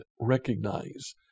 Recognize